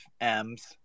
M's